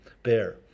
Bear